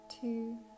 two